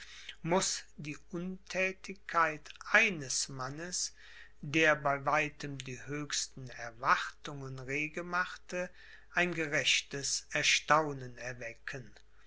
muß die unthätigkeit eines mannes der bei weitem die höchsten erwartungen rege machte ein gerechtes erstaunen erwecken